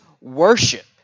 worship